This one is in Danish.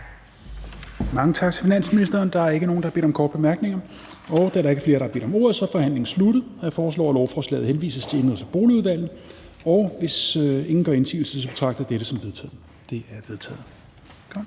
Mange tak til finansministeren. Der er ikke nogen, der har bedt om korte bemærkninger. Da der ikke er flere, der har bedt om ordet, er forhandlingen sluttet. Jeg foreslår, at lovforslaget henvises til Indenrigs- og Boligudvalget. Hvis ingen gør indsigelse, betragter jeg dette som vedtaget. Det er vedtaget. ---